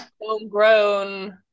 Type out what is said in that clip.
homegrown